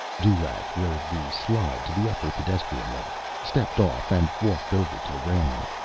dulaq rode the slide to the upper pedestrian level, stepped off and walked over to the railing.